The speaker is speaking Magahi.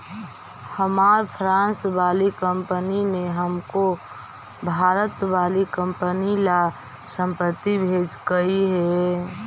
हमार फ्रांस वाली कंपनी ने हमको भारत वाली कंपनी ला संपत्ति भेजकई हे